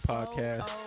Podcast